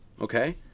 okay